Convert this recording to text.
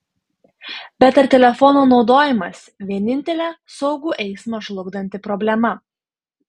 bet ar telefono naudojimas vienintelė saugų eismą žlugdanti problema